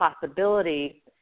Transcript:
possibility